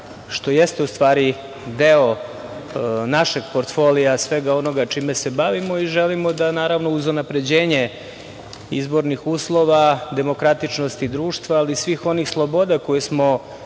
što jeste u stvari deo našeg portfolija, svega onoga čime se bavimo, i želimo da, naravno, uz unapređenje izbornih uslova, demokratičnosti društva, ali i svih onih sloboda koje smo